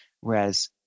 whereas